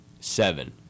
Seven